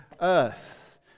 earth